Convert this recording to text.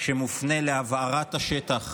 שמופנה להבערת השטח: